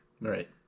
Right